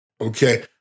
Okay